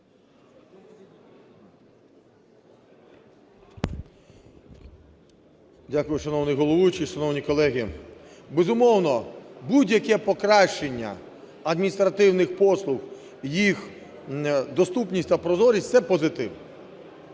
Дякую, шановний головуючий. Шановні колеги, безумовно, будь-яке покращення адміністративних послуг, їх доступність та прозорість – це позитив.